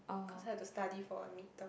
because I have to study for mid term